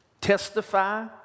testify